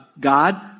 God